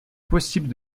possible